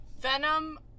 Venom